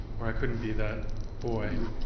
or i couldn't be that boy.